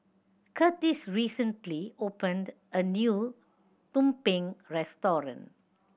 Kurtis recently opened a new tumpeng restaurant